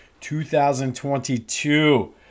2022